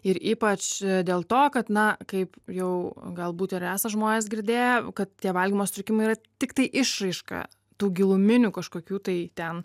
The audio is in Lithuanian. ir ypač dėl to kad na kaip jau galbūt ir esą žmonės girdėję kad tie valgymo sutrikimai yra tiktai išraiška tų giluminių kažkokių tai ten